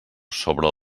sobre